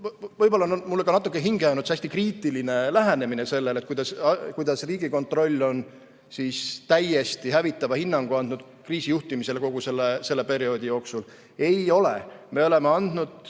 võib-olla on mulle ka natuke hinge jäänud see hästi kriitiline lähenemine sellele, kuidas Riigikontroll on täiesti hävitava hinnangu andnud kriisijuhtimisele kogu selle perioodi jooksul. Ei ole! Me oleme teinud